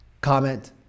comment